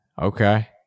okay